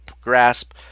grasp